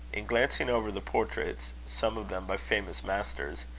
in glancing over the portraits, some of them by famous masters,